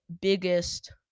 biggest